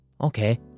Okay